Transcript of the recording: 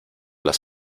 las